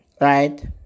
right